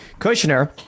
Kushner